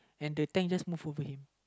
and the tank just move over him